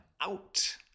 out